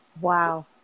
Wow